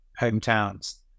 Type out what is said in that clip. hometowns